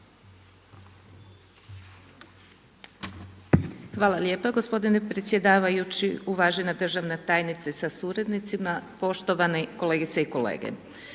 Hvala lijepa gospodine predsjedavajući. Uvažena državna tajnice sa suradnicima, poštovane kolegice i kolege.